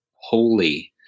holy